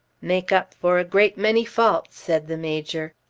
make up for a great many faults, said the major.